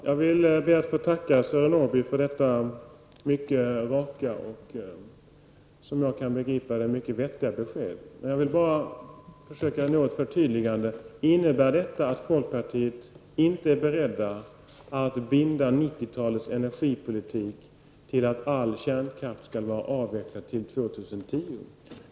Fru talman! Jag ber att få tacka Sören Norrby för detta mycket raka och, som jag kan begripa det, mycket vettiga besked. Jag vill bara försöka nå ett förtydligande: Innebär detta att folkpartiet inte är berett att binda 90-talets energipolitik till att all kärnkraft skall vara avvecklad år 2010?